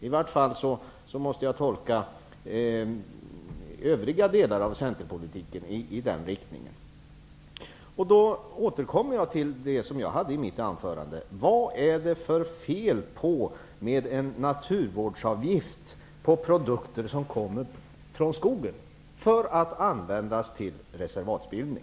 I vart fall måste jag tolka övriga delar av centerpartiets politik i den riktningen. Jag återkommer till det som jag sade i mitt anförande: Vad är det för fel med att det på produkter som kommer från skogen finns en naturvårdsavgift som används till reservatsbildning?